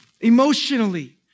emotionally